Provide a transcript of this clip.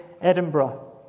Edinburgh